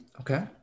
okay